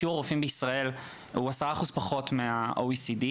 שיעור הרופאים בישראל הוא 10% פחות מ-OECD,